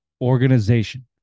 organization